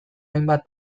hainbat